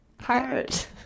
Heart